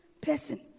person